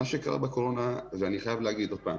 מה שקרה בקורונה, אני חייב להגיד שוב,